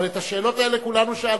אבל את השאלות האלה כולנו שאלנו.